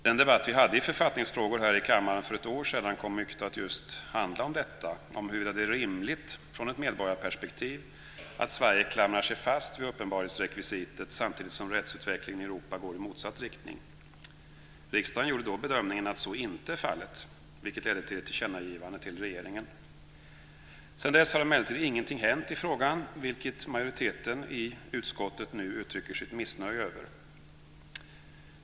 Den debatt vi hade i författningsfrågor här i kammaren för ett år sedan kom mycket att handla just om detta, om huruvida det är rimligt från ett medborgarperspektiv att Sverige klamrar sig fast vid uppenbarhetsrekvisitet samtidigt som rättsutvecklingen i Europa går i motsatt riktning. Riksdagen gjorde då bedömningen att så inte är fallet, vilket ledde till ett tillkännagivande till regeringen. Sedan dess har emellertid ingenting hänt i frågan, vilket majoriteten i utskottet nu uttrycker sitt missnöje över.